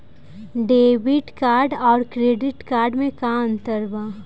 Debit card आउर credit card मे का अंतर बा?